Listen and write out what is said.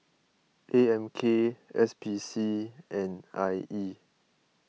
A M K S P C and I E